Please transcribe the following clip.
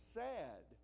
sad